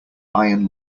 iron